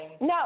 no